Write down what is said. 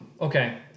Okay